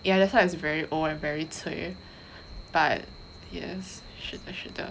ya that's why it's very old and very cui but yes 是的是的